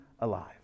alive